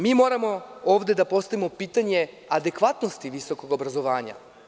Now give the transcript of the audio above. Mi moramo ode da postavimo pitanje adekvatnosti visokog obrazovanja.